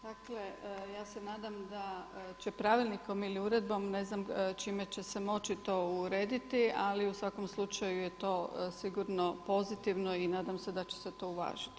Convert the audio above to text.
Dakle, ja se nadam da će pravilnikom ili uredbom, ne znam čime će se moći to urediti, ali u svakom slučaju je to sigurno pozitivno i nadam se da će se to uvažiti.